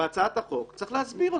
בהצעת החוק צריך להסביר.